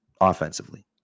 offensively